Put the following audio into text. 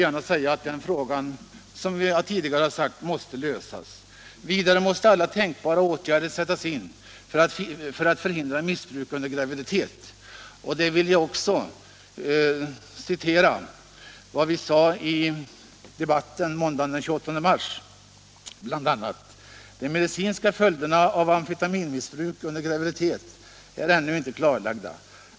Den frågan måste lösas, som vi tidigare har sagt. Vidare måste alla tänkbara åtgärder sättas in för att förhindra narkotikamissbruk under graviditet. På den punkten vill jag citera vad vi sade i debatten måndagen den 28 mars i år: ”De medicinska följderna av amfetaminmissbruk under graviditet är ännu inte klarlagda.